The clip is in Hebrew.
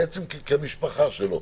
בעצם כמשפחה שלו.